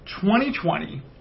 2020